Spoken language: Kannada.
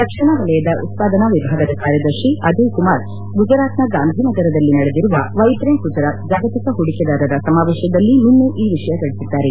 ರಕ್ಷಣಾ ವಲಯದ ಉತ್ಪಾದನಾ ವಿಭಾಗದ ಕಾರ್ಯದರ್ಶಿ ಅಜಯ್ ಕುಮಾರ್ ಗುಜರಾತ್ನ ಗಾಂದಿನಗರದಲ್ಲಿ ನಡೆದಿರುವ ವ್ಲೆಬ್ರೆಂಟ್ ಗುಜರಾತ್ ಜಾಗತಿಕ ಹೂಡಿಕೆದಾರರ ಸಮಾವೇಶದಲ್ಲಿ ನಿನ್ನೆ ಈ ವಿಷಯ ತಿಳಿಸಿದ್ದಾರೆ